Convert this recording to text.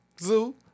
Zoo